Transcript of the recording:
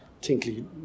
tinkly